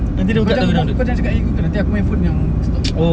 eh kau jangan gemuk kau jangan cakap !hey! Google nanti aku punya phone yang sebab